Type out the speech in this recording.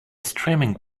streaming